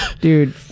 dude